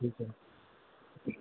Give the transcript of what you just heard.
ठीकु आहे